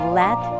let